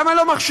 למה לא מכשירים,